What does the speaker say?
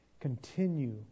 continue